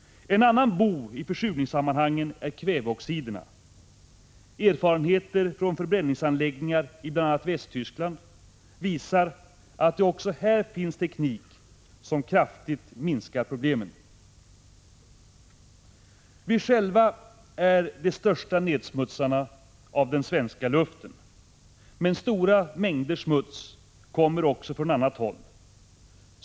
En annan bovi försurningssammanhanget är kväveoxiderna. Erfarenheter från förbränningsanläggningar i bl.a. Västtyskland visar, att det också på detta område finns teknik som kan kraftigt minska problemen. Vi själva är de största nedsmutsarna av den svenska luften. Men stora mängder smuts kommer från annat håll.